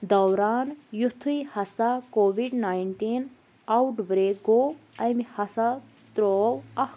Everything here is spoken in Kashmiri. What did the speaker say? دوران یُتھٕے ہَسا کوٚوِڈ ناینٹیٖن آوُٹ برٛیک گوٚو أمۍ ہَسا ترٛٲو اَکھ